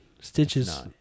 Stitches